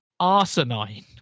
arsenine